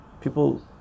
people